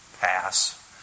pass